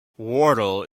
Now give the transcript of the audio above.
wardle